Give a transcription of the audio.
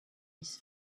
his